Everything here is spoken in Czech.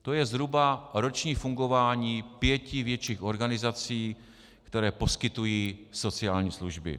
To je zhruba roční fungování pěti větších organizací, které poskytují sociální služby.